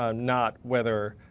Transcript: um not whether,